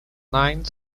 nine